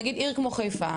למשל בעיר כמו חיפה,